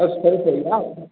ꯑꯁ ꯐꯔꯦ ꯐꯔꯦ ꯌꯥꯝ